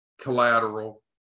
collateral